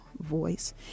voice